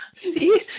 See